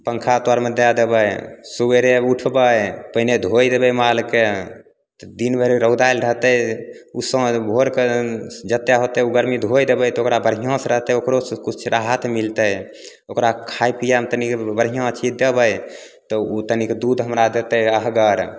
पन्खा तरमे दै देबै सबेरे उठबै पहिले धोइ देबै मालके दिनभरि रौदाएल रहतै ओ साँझ भोरके जतेक होतै ओ गरमी धोइ देबै तऽ ओकरा बढ़िआँसे रहतै ओकरो किछु राहत मिलतै ओकरा खाइ पिएमे तनि बढ़िआँ चीज देबै तऽ ओ तनि दूध हमरा देतै अहगर